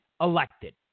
elected